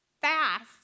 Fast